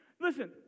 Listen